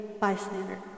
bystander